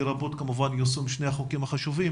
לרבות כמובן יישום שני החוקים החשובים